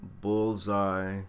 Bullseye